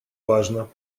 важно